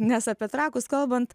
nes apie trakus kalbant